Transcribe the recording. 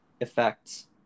effects